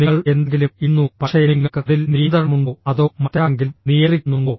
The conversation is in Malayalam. നിങ്ങൾ എന്തെങ്കിലും ഇടുന്നു പക്ഷേ നിങ്ങൾക്ക് അതിൽ നിയന്ത്രണമുണ്ടോ അതോ മറ്റാരെങ്കിലും നിയന്ത്രിക്കുന്നുണ്ടോ